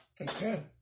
Okay